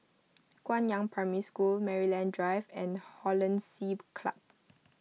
Guangyang Primary School Maryland Drive and Hollandse Club